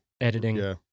editing